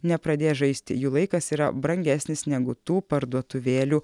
nepradės žaisti jų laikas yra brangesnis negu tų parduotuvėlių